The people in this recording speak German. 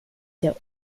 der